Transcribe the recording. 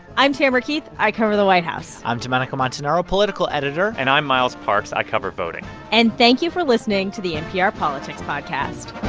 i'm tamara keith. i cover the white house i'm domenico montanaro, political editor and i'm miles parks. i cover voting and thank you for listening to the npr politics podcast